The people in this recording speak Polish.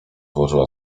włożyła